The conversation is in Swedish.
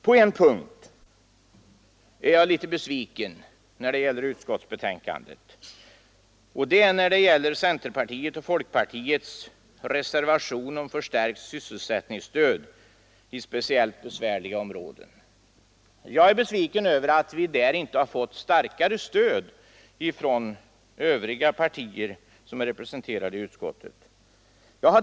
På en punkt är jag litet besviken på utskottsbetänkandet, och det är i fråga om centerpartiets och folkpartiets reservation om förstärkt sysselsättningsstöd i speciellt besvärliga områden. Jag är besviken över att vi där inte har fått starkare stöd från övriga partier som är representerade i utskottet.